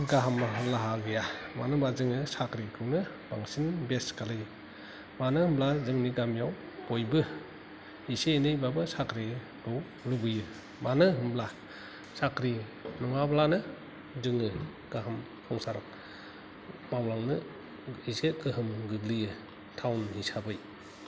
गाहाम लामा गैया मानो होमबा जोङो साख्रिखौनो बांसिन बेस खालायो मानो होमब्ला जोंनि गामियाव बयबो एसे एनै बाबो साख्रिखौ लुबैयो मानो होमब्ला साख्रि नङाब्लानो जोङो गाहाम संसाराव मावलांनो एसे गोहोम गोग्लैयो टाउन हिसाबै